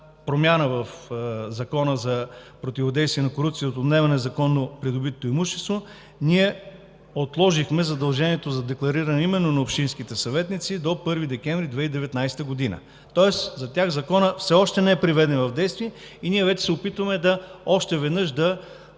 промяна в Закона за противодействие на корупцията и отнемане незаконно придобитото имущество отложихме задължението за деклариране именно на общинските съветници до 1 декември 2019 г., тоест за тях Законът все още не е преведен в действие и се опитваме още веднъж да